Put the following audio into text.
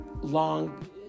long